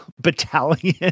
battalion